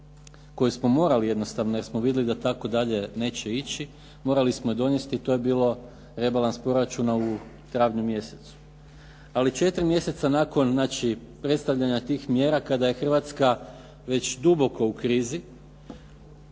koju smo morali jednostavno jer smo vidjeli da tako dalje neće ići, morali smo ju dovesti, to je bio rebalans proračuna u travnju mjesecu. Ali četiri mjeseca nakon znači predstavljanja tih mjera kada je Hrvatska već duboko u krizi